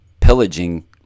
pillaging